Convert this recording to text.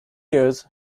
years